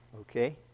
okay